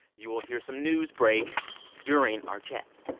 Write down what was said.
you will hear some news break during our chat.